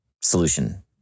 solution